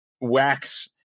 Wax